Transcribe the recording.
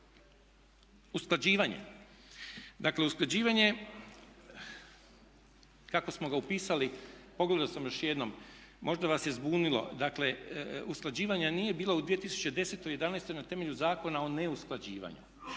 Usklađivanje, dakle usklađivanje kako smo ga upisali, pogledao sam još jednom možda vas je zbunilo, dakle usklađivanja nije bilo u 2010., 2011.na temelju Zakona o neusklađivanju.